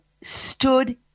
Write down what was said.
stood